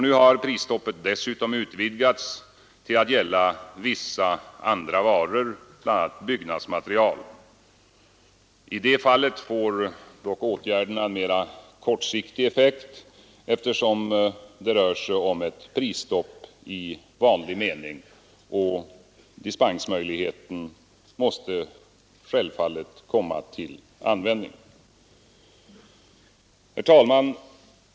Nu har prisstoppet dessutom utvidgats till att gälla vissa andra varor, bl.a. byggnadsmaterial. I det fallet får dock åtgärderna en mera kortsiktig effekt, eftersom det rör sig om ett prisstopp i vanlig mening, och dispensmöjligheten måste självfallet komma till användning. Herr talman!